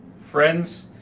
friends,